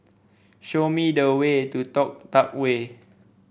show me the way to Toh Tuck Way